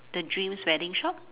the dreams wedding shop